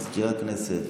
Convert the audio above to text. מזכיר הכנסת,